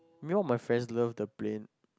me and my friends love the plain